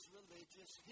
religious